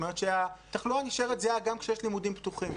זאת אומרת שהתחלואה נשארת זהה גם כשיש לימודים פתוחים.